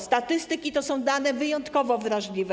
Statystyki to są dane wyjątkowo wrażliwe.